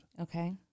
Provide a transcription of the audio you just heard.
Okay